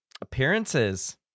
Appearances